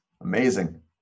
amazing